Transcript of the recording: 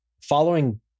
following